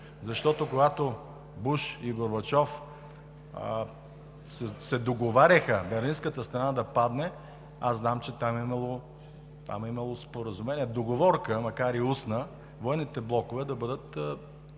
Защото когато Буш и Горбачов се договаряха берлинската стена да падне, аз знам, че там е имало споразумение, договорка, макар и устна, военните блокове да бъдат